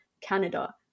Canada